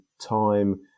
time